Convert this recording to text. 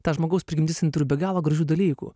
ta žmogaus prigimtis jin turi be galo gražių dalykų